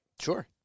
Sure